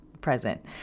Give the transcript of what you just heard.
present